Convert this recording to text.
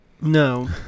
no